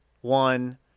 one